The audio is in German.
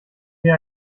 dir